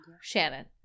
Shannon